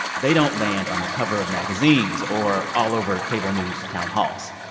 they don't land on the cover of magazines or all over cable news town halls.